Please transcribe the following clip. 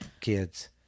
kids